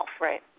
Right